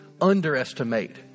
underestimate